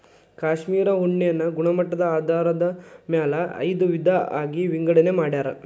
cashmere ಉಣ್ಣೆನ ಗುಣಮಟ್ಟದ ಆಧಾರದ ಮ್ಯಾಲ ಐದ ವಿಧಾ ಆಗಿ ವಿಂಗಡನೆ ಮಾಡ್ಯಾರ